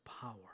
power